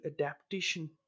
adaptation